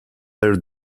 their